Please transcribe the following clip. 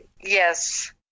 yes